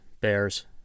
Bears